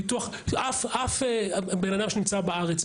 אף בן אדם נמצא בארץ,